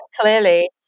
clearly